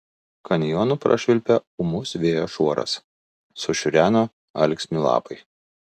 kanjonu prašvilpė ūmus vėjo šuoras sušiureno alksnių lapai